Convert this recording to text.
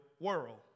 world